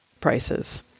prices